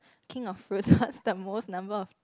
king of fruits what the most number of